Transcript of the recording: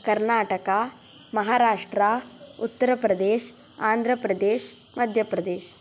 Karnataka Maharashtra Uttar Pradesh Andhra Pradesh Madhya Pradesh